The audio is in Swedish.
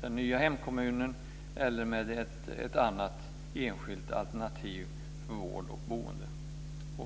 den nya hemkommunen eller med ett annat, enskilt alternativ för vård och boende.